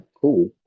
cool